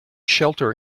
shelter